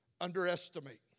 underestimate